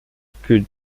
que